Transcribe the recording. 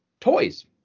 toys